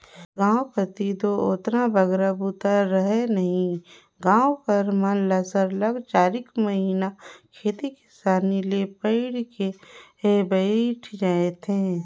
गाँव कती दो ओतना बगरा बूता रहें नई गाँव कर मन ल सरलग चारिक महिना खेती किसानी ले पइठेक पइर जाथे